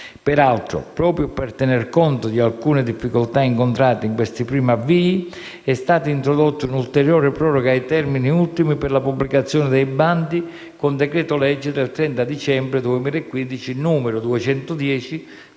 Peraltro, proprio per tener conto di alcune difficoltà incontrate in questi primi avvii, è stata introdotta una ulteriore proroga ai termini ultimi per la pubblicazione dei bandi con decreto-legge del 30 dicembre 2015, n. 210,